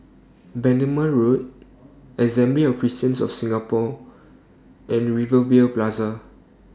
Bendemeer Road Assembly of Christians of Singapore and Rivervale Plaza